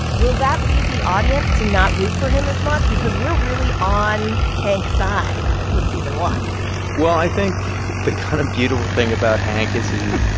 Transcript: will that lead the audience to not root for him as much? because we're really on hank's side with season one well, i think the kind of beautiful thing about hank is he.